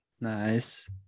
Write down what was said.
Nice